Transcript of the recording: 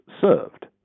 served